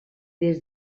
des